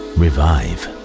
revive